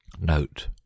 Note